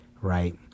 right